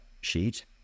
sheet